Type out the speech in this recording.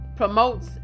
Promotes